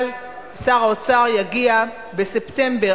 אבל שר האוצר יגיע בספטמבר,